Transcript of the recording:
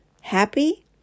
happy